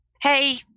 Hey